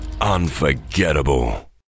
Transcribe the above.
unforgettable